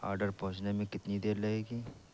order پہنچنے میں کتنی دیر لگے گی